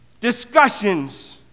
discussions